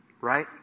Right